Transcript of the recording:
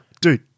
Dude